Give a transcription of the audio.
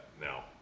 now